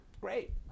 great